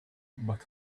but